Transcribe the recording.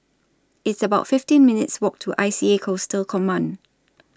It's about fifteen minutes' Walk to I C A Coastal Command